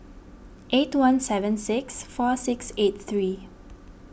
eight one seven six four six eight three